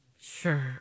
Sure